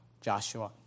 Joshua